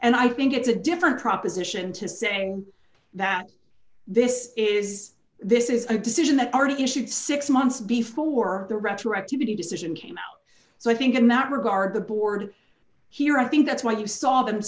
and i think it's a different proposition to saying that this is this is a decision that already issued six months before the retroactivity decision came out so i think in that regard the board here i think that's why you saw them